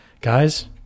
Guys